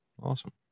awesome